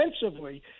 Defensively